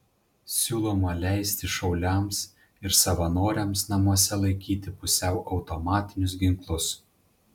siūloma leisti šauliams ir savanoriams namuose laikyti pusiau automatinius ginklus